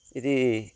यदि